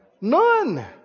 None